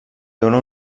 dóna